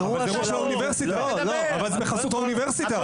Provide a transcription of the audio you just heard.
אבל זה בחסות האוניברסיטה.